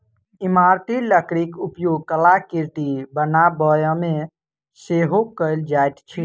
इमारती लकड़ीक उपयोग कलाकृति बनाबयमे सेहो कयल जाइत अछि